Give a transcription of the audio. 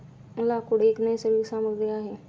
लाकूड एक नैसर्गिक सामग्री आहे